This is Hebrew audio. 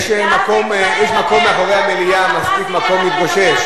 יש מקום מאחורי המליאה, מספיק מקום להתגושש.